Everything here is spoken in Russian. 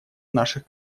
наших